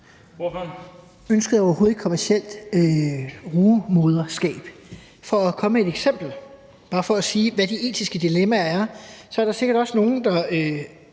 Ønsket er overhovedet ikke et kommercielt rugemødreskab. For at komme med et eksempel – bare for at sige, hvad de etiske dilemmaer er – så er der sikkert også nogen, der